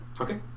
Okay